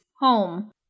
home